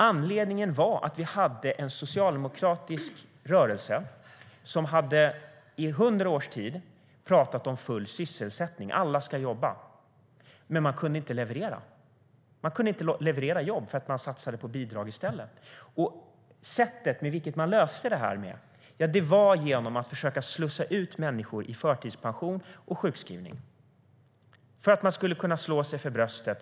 Anledningen var att vi hade en socialdemokratisk rörelse som i 100 års tid hade pratat om full sysselsättning: Alla ska jobba. Men man kunde inte leverera. Man kunde inte leverera jobb, för man satsade på bidrag i stället. Man löste det här genom att försöka slussa ut människor i förtidspension och sjukskrivning för att man skulle kunna slå sig för bröstet.